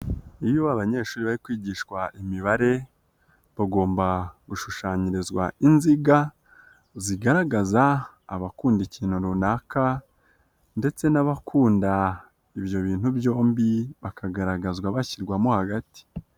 Iyo abanyeshuri bari kwigishwa imibare bagomba gushushanyirizwa inziga, zigaragaza abakunda ikintu runaka ndetse n'abakunda ibyo bintu byombi, bakagaragazwa bashyirwamo hagati.